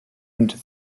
into